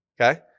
Okay